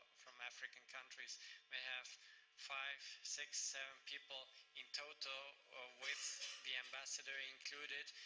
from african countries may have five, six, seven people in total, or with the ambassador included,